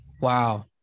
Wow